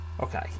Okay